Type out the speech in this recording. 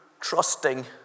trusting